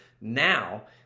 Now